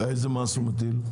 איזה מס הוא מטיל?